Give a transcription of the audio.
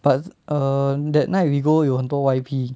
but um that night we go 有很多 Y_P